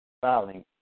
filing